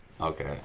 Okay